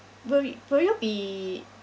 will will you be